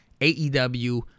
AEW